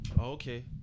okay